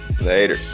Later